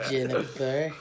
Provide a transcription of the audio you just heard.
Jennifer